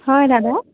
হয় দাদা